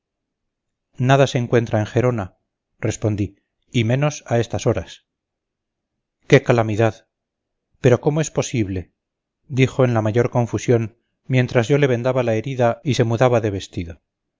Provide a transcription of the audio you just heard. nada se encuentra en gerona respondí y menos a estas horas qué calamidad pero cómo es posible dijo en la mayor confusión mientras yo le vendaba la herida y se mudaba de vestido